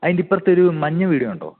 അതിന്റെ അപ്പുറത്തൊരു മഞ്ഞ വീട് കണ്ടോ